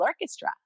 orchestra